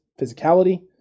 physicality